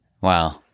Wow